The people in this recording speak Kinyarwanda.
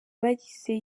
bagize